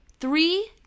Three